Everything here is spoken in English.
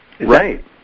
Right